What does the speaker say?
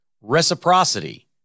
Reciprocity